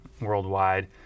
worldwide